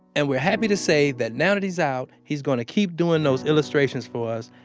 and we're happy to say that now that he's out, he's gonna keep doing those illustrations for us.